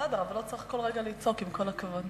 בסדר, לא צריך כל רגע לצעוק, עם כל הכבוד.